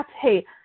hey